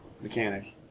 mechanic